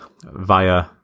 via